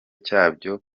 cyabyo